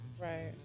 right